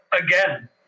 again